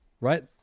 right